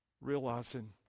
realizing